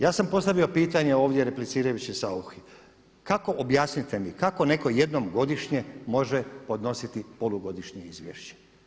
Ja sam postavio pitanje ovdje replicirajući Sauchi, kako objasnite mi, kako netko jednom godišnje može podnositi polugodišnje izvješće?